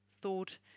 thought